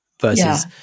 versus